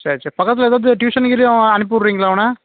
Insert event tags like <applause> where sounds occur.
சரி சரி பக்கத்தில் ஏதாவுது டியூஷன் <unintelligible> அவனை அனுப்பி விட்றீங்களா அவனை